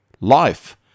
life